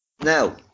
Now